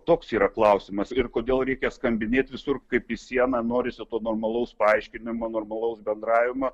toks yra klausimas ir kodėl reikia skambinėt visur kaip į sieną norisi normalaus paaiškinimo normalaus bendravimo